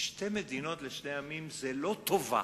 ששתי מדינות לשני עמים זה לא טובה